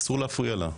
אסור להפריע לה,